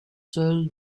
seule